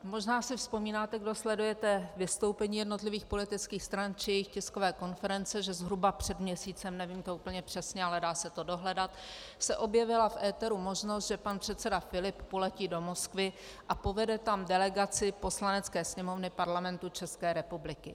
Možná si vzpomínáte, kdo sledujete vystoupení jednotlivých politických stran při jejich tiskových konferencích, že zhruba před měsícem, nevím to úplně přesně, ale dá se to dohledat, se objevila v éteru možnost, že pan předseda Filip poletí do Moskvy a povede tam delegaci Poslanecké sněmovny Parlamentu České republiky.